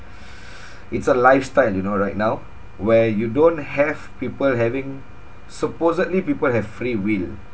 it's a lifestyle you know right now where you don't have people having supposedly people have free will